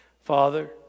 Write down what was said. Father